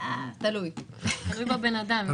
תלוי בבן אדם.